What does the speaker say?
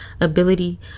ability